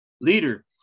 leader